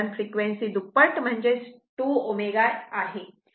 कारण फ्रिक्वेन्सी दुप्पट म्हणजेच 2 ω आहे